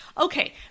Okay